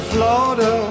Florida